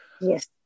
Yes